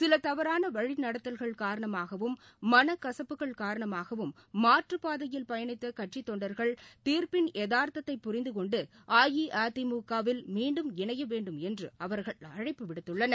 சில தவறான வழிநடத்தல்கள் காரணமாகவும் மனக்கசப்புகள் காரணமாகவும் மாற்றுப் பாதையில் பயணித்த கட்சித் தொண்டர்கள் தீர்ப்பின் எதார்த்ததை புரிந்து கொண்டு அஇஅதிமுகவில் மீண்டும் இணைய வேண்டும் என்று அவர்கள் அழைப்பு விடுத்துள்ளனர்